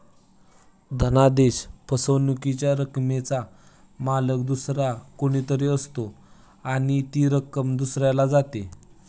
धनादेश फसवणुकीच्या रकमेचा मालक दुसरा कोणी तरी असतो आणि ती रक्कम दुसऱ्याला जाते